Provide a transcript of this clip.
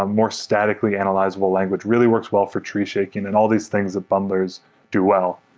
ah more statically analyzable language. really works well for tree shaking and all these things that bundlers do well.